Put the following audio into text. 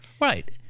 Right